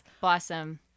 Blossom